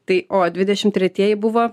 tai o dvidešimt tretieji buvo